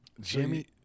Jimmy